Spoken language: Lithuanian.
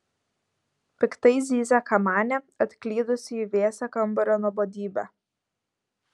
piktai zyzia kamanė atklydusi į vėsią kambario nuobodybę